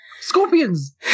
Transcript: scorpions